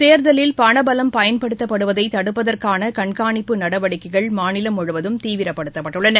தேர்தலில் பணபலம் பயன்படுத்தப்படுவதைதடுப்பதற்கானகண்காணிப்பு நடவடிக்கைகள் மாநிலம் முழுவதும் தீவிரப்படுத்தப்பட்டுள்ளன